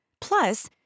Plus